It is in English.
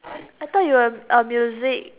I thought you were a a music